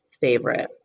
favorite